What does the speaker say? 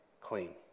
clean